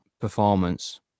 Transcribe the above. performance